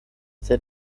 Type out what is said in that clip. sed